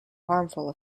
harmful